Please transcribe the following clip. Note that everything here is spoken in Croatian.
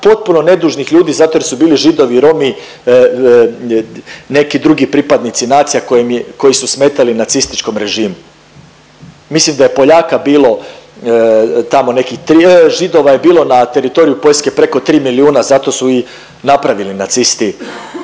potpuno nedužnih ljudi zato jer su bili Židovi, Romi neki drugi pripadnici nacija koji su smetali nacističkom režimu. Mislim da je Poljaka bilo tamo nekih, Židova je bilo na teritoriju Poljske preko tri milijuna zato su i napravili nacisti